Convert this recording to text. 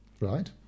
right